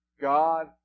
God